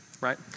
right